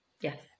yes